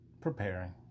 Preparing